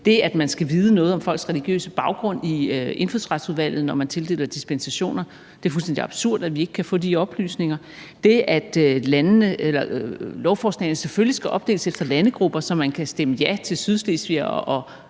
det, at man skal vide noget om folks religiøse baggrund i Indfødsretsudvalget, når man tildeler dispensationer. Det er fuldstændig absurd, at vi ikke kan få de oplysninger. Det gælder det, at lovforslagene selvfølgelig skal opdeles efter landegrupper, så man kan stemme ja til f.eks.